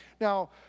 now